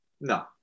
No